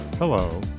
Hello